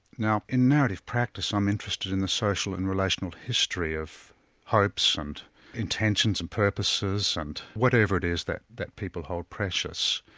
now in narrative practice i'm interested in the social and relational history of hopes and intentions and purposes, and whatever it is that that people hold precious.